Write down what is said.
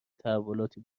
تحولاتی